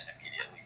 immediately